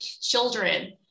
children